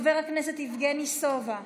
חבר הכנסת יבגני סובה,